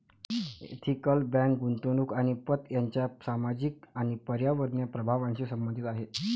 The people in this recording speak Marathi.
एथिकल बँक गुंतवणूक आणि पत यांच्या सामाजिक आणि पर्यावरणीय प्रभावांशी संबंधित आहे